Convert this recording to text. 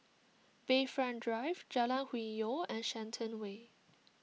Bayfront Drive Jalan Hwi Yoh and Shenton Way